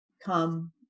come